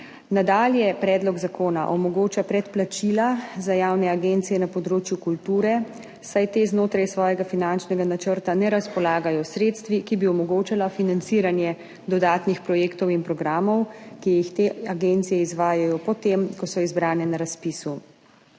Nadalje Predlog zakona omogoča predplačila za javne agencije na področju kulture, saj te znotraj svojega finančnega načrta ne razpolagajo s sredstvi, ki bi omogočala financiranje dodatnih projektov in programov, ki jih te agencije izvajajo po tem, ko so izbrane na razpisu.